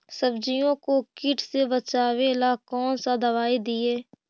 सब्जियों को किट से बचाबेला कौन सा दबाई दीए?